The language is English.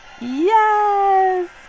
Yes